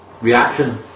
reaction